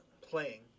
playing